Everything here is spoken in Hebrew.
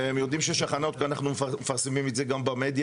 הם יודעים שיש הכנות כי אנחנו מפרסמים את זה גם במדיה,